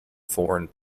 foreign